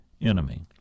enemy